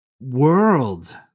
world